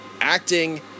acting